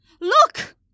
Look